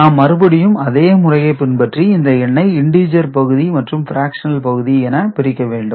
நாம் மறுபடியும் அதே முறையை பின்பற்றி இந்த எண்ணை இண்டீஜர் பகுதி மற்றும் பிராக்சனல் பகுதி என பிரிக்க வேண்டும்